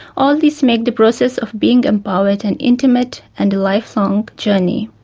all these make the process of being empowered an intimate and a lifelong journey.